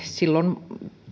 silloin